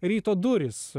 ryto durys